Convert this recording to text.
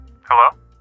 Hello